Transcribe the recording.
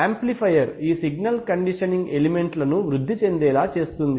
amplifier ఈ signal conditioning elements ను వృద్ధి చెందేలా చేస్తుంది